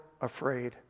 afraid